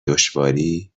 دشواری